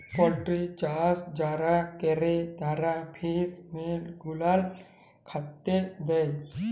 poultry চাষ যারা ক্যরে তারা ফিস মিল গুলান খ্যাতে দেই